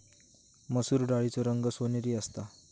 मसुर डाळीचो रंग सोनेरी असता